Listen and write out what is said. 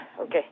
Okay